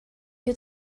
you